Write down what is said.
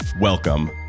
welcome